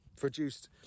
produced